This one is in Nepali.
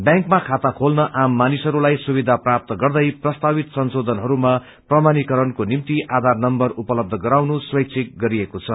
व्यांकमा खाता खोल्न आम मानिसहरूलाई सुबिघा प्रधान गर्दै प्रस्तावित संशोधनहरूमा प्रमाणीकरणको निम्ति आधार नम्बर उपलब्य गराउनु स्वैच्छिक गरिएको छ